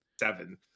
seven